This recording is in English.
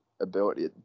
ability